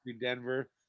Denver